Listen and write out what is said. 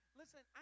listen